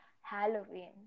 halloween